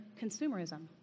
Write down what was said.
consumerism